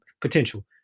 potential